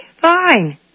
fine